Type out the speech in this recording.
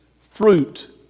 fruit